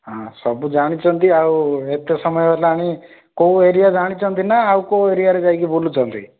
ହଁ ସବୁ ଜାଣିଛନ୍ତି ଆଉ ଏତେ ସମୟ ହେଲାଣି କେଉଁ ଏରିଆ ଜାଣିଛନ୍ତି ନା ଆଉ କେଉଁ ଏରିଆରେ ଯାଇକି ବୁଲୁଛନ୍ତି